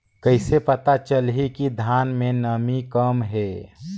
कइसे पता चलही कि धान मे नमी कम हे?